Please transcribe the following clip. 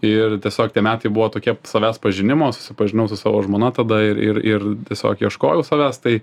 ir tiesiog tie metai buvo tokie savęs pažinimo susipažinau su savo žmona tada ir ir ir tiesiog ieškojau savęs tai